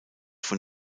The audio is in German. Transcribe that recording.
von